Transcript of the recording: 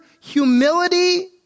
humility